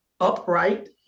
upright